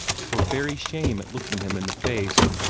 for very shame at looking him in the face,